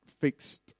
fixed